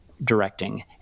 directing